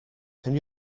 can